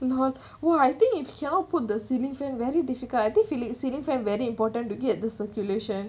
you know !wah! if cannot put the ceiling fan very difficult I think you need ceiling fan in order to get the circulation